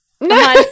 No